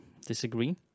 disagree